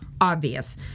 obvious